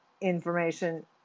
information